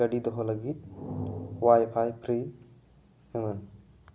ᱜᱟᱹᱰᱤ ᱫᱚᱦᱚ ᱞᱟᱹᱜᱤᱫ ᱣᱟᱭᱯᱷᱟᱭ ᱯᱷᱨᱤ ᱮᱢᱟᱱ